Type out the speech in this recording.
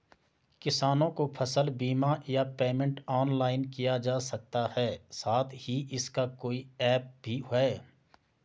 किसानों को फसल बीमा या पेमेंट ऑनलाइन किया जा सकता है साथ ही इसका कोई ऐप भी है?